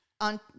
on